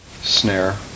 snare